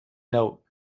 note